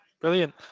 brilliant